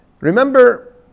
remember